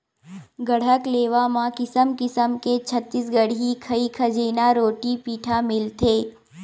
गढ़कलेवा म किसम किसम के छत्तीसगढ़ी खई खजेना, रोटी पिठा मिलथे